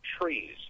trees